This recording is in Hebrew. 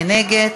מי נגד?